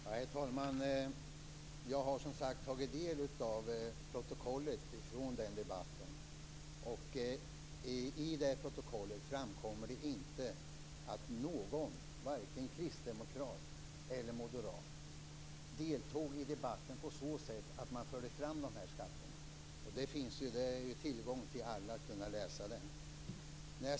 Herr talman! Jag har, som sagt, tagit del av protokollet från den debatten. I det protokollet framkommer det inte att någon, vare sig kristdemokrat eller moderat, deltog i debatten på ett sådant sätt att man förde fram de här skatterna. Det finns tillgängligt för alla att läsa.